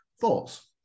Thoughts